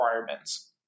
requirements